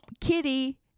kitty